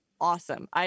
awesome